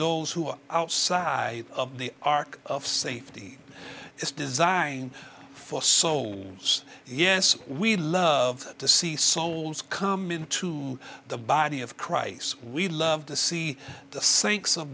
those who are outside of the ark of safety is designed for souls yes we love to see souls come into the body of christ we love to see the saints of